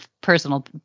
personal